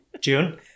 June